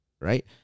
right